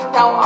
Now